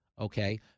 okay